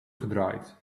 gedraaid